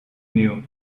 knew